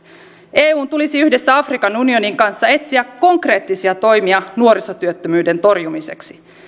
eun tulisi yhdessä afrikan unionin kanssa etsiä konkreettisia toimia nuorisotyöttömyyden torjumiseksi